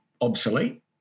obsolete